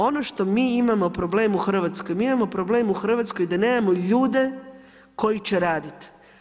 Ono što mi imamo problem u Hrvatskoj, mi imamo problem u Hrvatskoj, da nemamo ljude koji će raditi.